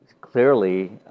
clearly